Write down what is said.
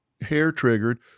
hair-triggered